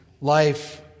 life